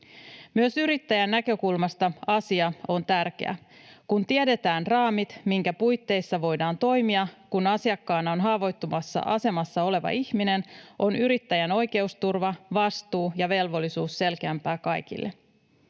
Myös yrittäjän näkökulmasta asia on tärkeä. Kun tiedetään raamit, minkä puitteissa voidaan toimia, kun asiakkaana on haavoittuvassa asemassa oleva ihminen, on yrittäjän oikeusturva, vastuu ja velvollisuus selkeämpää kaikille.